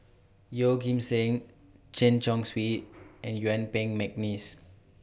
Yeoh Ghim Seng Chen Chong Swee and Yuen Peng Mcneice